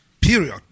period